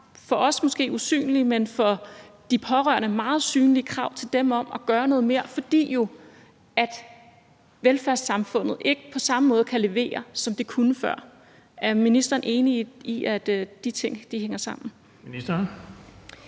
for os måske usynlige, men for de pårørende meget synlige – til dem om at gøre noget mere, fordi velfærdssamfundet jo ikke på samme måde kan levere, som det kunne før. Er ministeren enig i, at de ting hænger sammen?